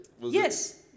Yes